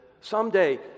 someday